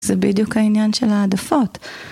זה בדיוק העניין של העדפות.